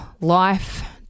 life